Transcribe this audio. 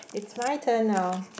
it's my turn now